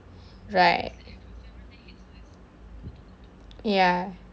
right ya